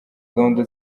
gahunda